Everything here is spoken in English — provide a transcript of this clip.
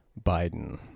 Biden